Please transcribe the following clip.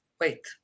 Wait